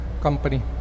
company